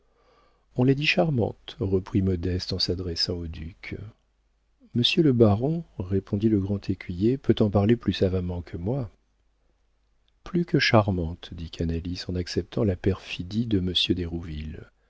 on la dit charmante reprit modeste en s'adressant au duc monsieur le baron répondit le grand écuyer peut en parler plus savamment que moi plus que charmante dit canalis en acceptant la perfidie de monsieur d'hérouville